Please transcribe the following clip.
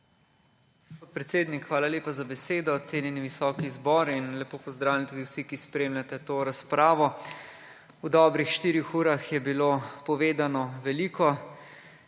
hvala lepa za besedo. Cenjeni visoki zbor in lepo pozdravljeni tudi vsi, ki spremljate to razpravo! V dobrih štirih urah je bilo povedano veliko.